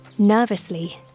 Nervously